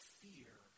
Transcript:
fear